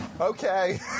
Okay